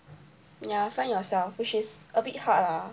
ya must find yourself which is a bit hard ah